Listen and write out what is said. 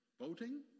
Voting